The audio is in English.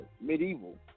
medieval